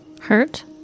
Hurt